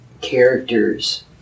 characters